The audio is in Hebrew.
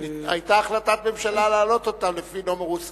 היתה החלטת ממשלה להעלות אותם לפי נומרוס קלאוזוס,